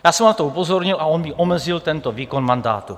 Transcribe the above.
Já jsem ho na to upozornil a on mi omezil tento výkon mandátu.